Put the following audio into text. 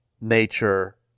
nature